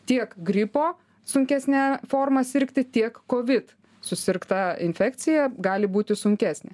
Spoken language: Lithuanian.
tiek gripo sunkesne forma sirgti tiek kovid susirgta infekcija gali būti sunkesnė